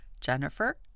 Jennifer